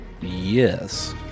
Yes